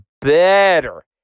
better